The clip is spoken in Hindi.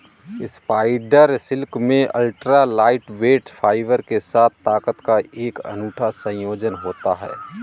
स्पाइडर सिल्क में अल्ट्रा लाइटवेट फाइबर के साथ ताकत का एक अनूठा संयोजन होता है